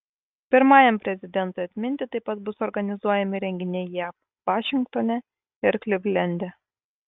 pirmajam prezidentui atminti taip pat bus organizuojami renginiai jav vašingtone ir klivlende